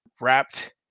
wrapped